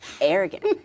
arrogant